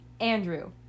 Andrew